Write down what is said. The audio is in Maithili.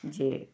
जे